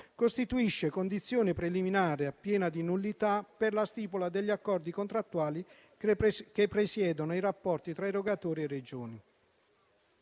costituisce condizione preliminare a pena di nullità per la stipula degli accordi contrattuali che presiedono i rapporti tra erogatori e Regioni.